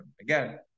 Again